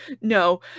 No